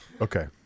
Okay